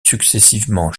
successivement